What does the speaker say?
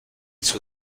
suo